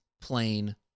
plain